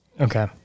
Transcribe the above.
Okay